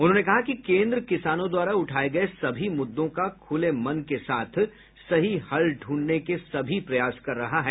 उन्होंने कहा कि केन्द्र किसानों द्वारा उठाए गये सभी मुद्दों का खुले मन के साथ सही हल ढूंढने के सभी प्रयास कर रहा है